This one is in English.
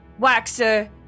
waxer